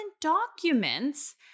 documents